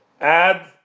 add